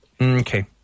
Okay